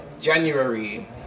January